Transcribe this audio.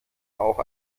auch